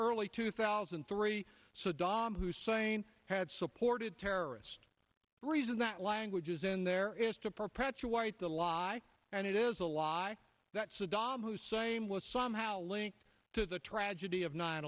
early two thousand and three so dom hussein had supported terrorist reason that language is in there is to perpetuate the lie and it is a lie that saddam hussein was somehow linked to the tragedy of nine